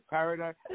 Paradise